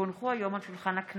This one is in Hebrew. כי הונחו היום על שולחן הכנסת,